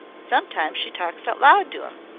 sometimes she talks out loud to im.